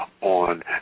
on